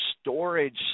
storage